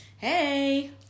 hey